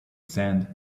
sand